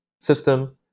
system